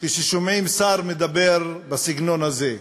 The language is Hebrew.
כששומעים שר מדבר בסגנון הזה?